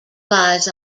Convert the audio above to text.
lies